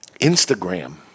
Instagram